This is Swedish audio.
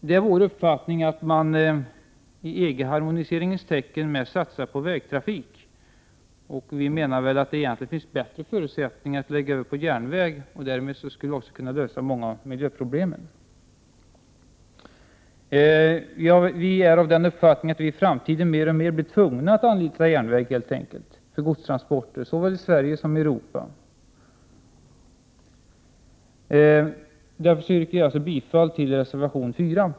Det är vår uppfattning att man i EG-harmoniseringens tecken mest satsar på vägtrafik, men vi menar att det egentligen finns bättre förutsättningar för att gå över till järnväg. På det sättet skulle vi också kunna lösa flera miljöproblem. Vi anser att man i framtiden helt enkelt blir mer och mer tvungen att anlita järnväg för godstransport, såväl i Sverige som i det övriga Europa. Därför yrkar jag bifall till reservation 4.